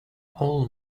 all